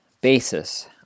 basis